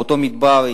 באותו מדבר,